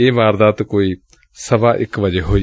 ਇਹ ਵਾਰਦਾਤ ਕੋਈ ਸਵਾ ਇਕ ਵਜੇ ਹੋਈ